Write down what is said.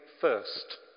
first